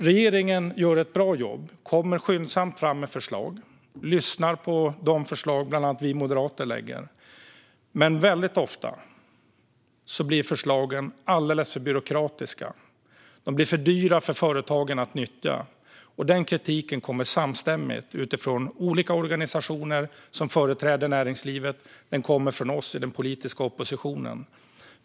Regeringen gör ett bra jobb, kommer skyndsamt fram med förslag och lyssnar på de förslag som bland annat vi moderater lägger fram. Men väldigt ofta blir förslagen alldeles för byråkratiska. De blir för dyra för företagen att nyttja. Den kritiken kommer samstämmigt från olika organisationer som företräder näringslivet, och den kommer från oss i den politiska oppositionen.